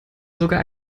sogar